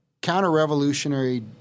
counter-revolutionary